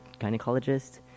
gynecologist